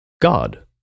God